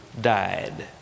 died